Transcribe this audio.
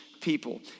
people